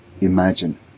Imagine